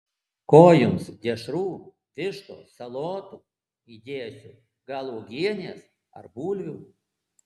ko jums dešrų vištos salotų įdėsiu gal uogienės ar bulvių